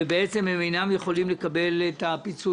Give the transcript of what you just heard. ואינם יכולים לקבל פיצוי,